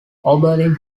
oberlin